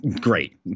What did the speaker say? great